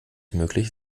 möglich